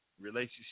Relationship